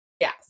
yes